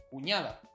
Cuñada